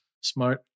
Smart